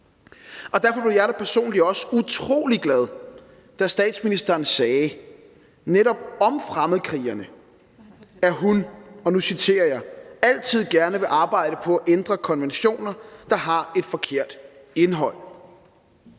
Derfor blev jeg da personligt også utrolig glad, da statsministeren sagde om netop fremmedkrigerne – og nu citerer jeg: »Jeg vil altid gerne arbejde på at ændre konventioner, der har et forkert indhold.«